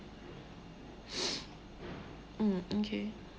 mm okay